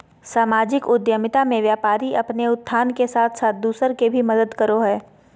सामाजिक उद्द्मिता मे व्यापारी अपने उत्थान के साथ साथ दूसर के भी मदद करो हय